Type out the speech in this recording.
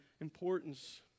importance